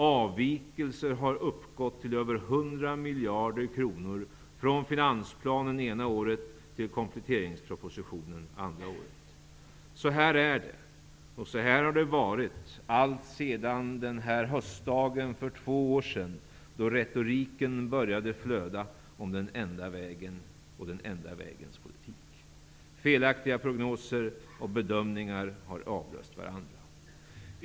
Avvikelser har uppgått till över 100 miljarder kronor, från finansplanen ena året till kompletteringspropositionen andra året. Så här är det, och så här har det varit allt sedan den höstdag för två år sedan då retoriken började flöda om ''den enda vägen'' och den enda vägens politik''. Felaktiga prognoser och bedömningar har avlöst varandra.